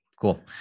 Cool